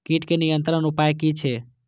कीटके नियंत्रण उपाय कि छै?